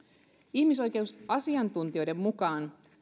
ihmisoikeusasiantuntijoiden mukaan